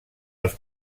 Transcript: els